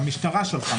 המשטרה שלחה.